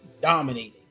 Dominating